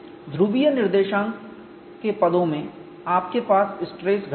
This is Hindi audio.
ध्रुवीय निर्देशांक के पदों में आपके पास स्ट्रेस घटक हैं